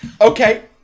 Okay